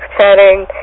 chatting